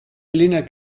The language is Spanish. plena